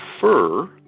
fur